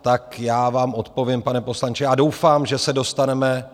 Tak já vám odpovím, pane poslanče a doufám, že se dostaneme...